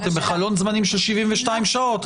אתם בחלון זמנים של 72 שעות.